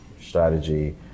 Strategy